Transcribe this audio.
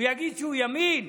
הוא יגיד שהוא ימין?